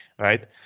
Right